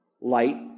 light